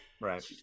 Right